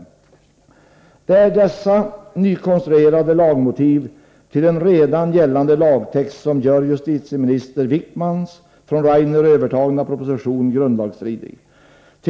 Det är dessa nykonstruerade lagmotiv till en redan gällande lagtext som gör justitieminister Wickboms från Ove Rainer övertagna proposition grundlagsstridig.